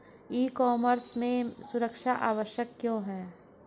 ई commerce में सुरक्षा आवश्यक क्यों है?